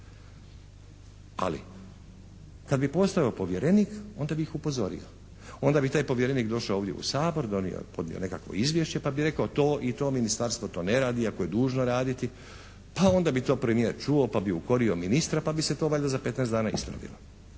Ali kad bi postojao povjerenik onda bi ih upozorio. Onda bi taj povjerenik došao ovdje u Sabor, podnio nekakvo izvješće, pa bi rekao to i to ministarstvo to ne radi iako je dužno raditi, pa onda bi to premijer čuo pa bi ukorio ministra pa bi se to valjda za 15 dana ispravilo.